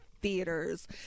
theaters